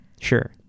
sure